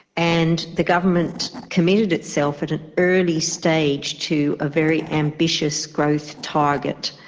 and the government committed itself at an early stage to a very ambitious growth target.